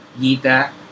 Gita